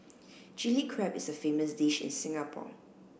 Chilli Crab is a famous dish in Singapore